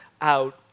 out